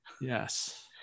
Yes